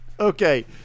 okay